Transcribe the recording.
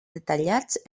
detallats